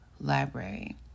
Library